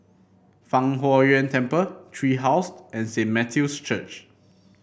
Fang Huo Yuan Temple Tree House and Saint Matthew's Church